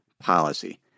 policy